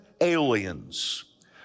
aliens